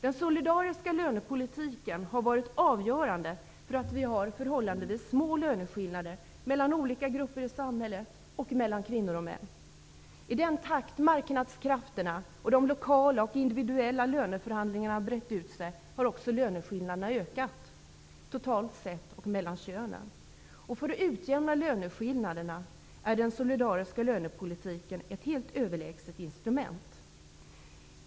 Den solidariska lönepolitiken har varit avgörande för att vi har förhållandevis små löneskillnader mellan olika grupper i samhället och mellan kvinnor och män. I den takt som marknadskrafterna och de lokala och individuella löneförhandlingarna har brett ut sig har också löneskillnaderna totalt sett och mellan könen ökat. För att utjämna löneskillnaderna är den solidariska lönepolitiken ett helt överlägset instrument.